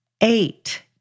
eight